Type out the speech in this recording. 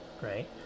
right